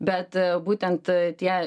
bet būtent tie